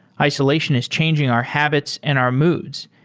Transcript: isolation is changing our habits and our moods.